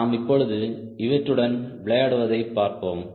நாம் இப்பொழுது இவற்றுடன் விளையாடுவதை பார்ப்போம்